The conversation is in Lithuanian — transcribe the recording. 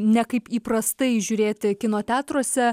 ne kaip įprastai žiūrėti kino teatruose